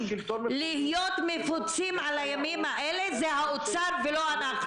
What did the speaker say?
להיות מפוצים על הימים האלה זה האוצר ולא אנחנו.